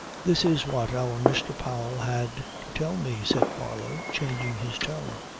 this is what our mr. powell had to tell me, said marlow, changing his tone.